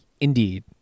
Indeed